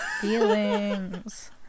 feelings